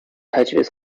تجویز